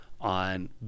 on